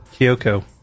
Kyoko